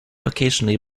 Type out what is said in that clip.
occasionally